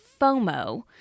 FOMO